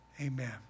Amen